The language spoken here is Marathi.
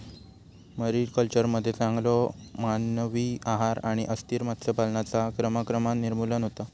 मरीकल्चरमध्ये चांगलो मानवी आहार आणि अस्थिर मत्स्य पालनाचा क्रमाक्रमान निर्मूलन होता